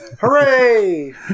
hooray